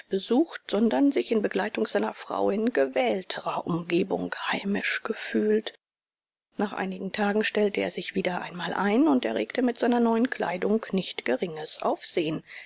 besucht sondern sich in begleitung seiner frau in gewählterer umgebung heimisch gefühlt nach einigen tagen stellte er sich wieder einmal ein und erregte mit seiner neuen kleidung nicht geringes aufsehen